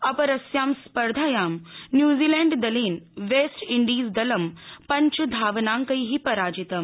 अपरस्यां स्पर्धायां न्यूज़ीलैण्ड दलेन वैस्टइण्डीज़दलं पश्वधावनांकैः पराजितम्